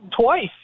twice